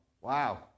Wow